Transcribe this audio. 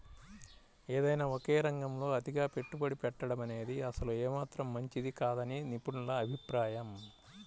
ఏదైనా ఒకే రంగంలో అతిగా పెట్టుబడి పెట్టడమనేది అసలు ఏమాత్రం మంచిది కాదని నిపుణుల అభిప్రాయం